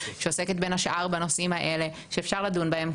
שעוסקת בין השאר בנושאים האלה שאפשר לדון בהם.